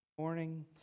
morning